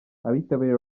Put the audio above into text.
abitabiriye